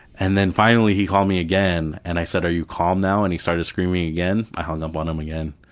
and then finally he called me again and i said, are you calm now? and he started screaming again, i hung up on him again.